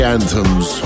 Anthems